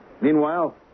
Meanwhile